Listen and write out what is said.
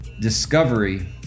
Discovery